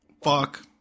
Fuck